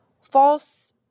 false